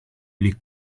les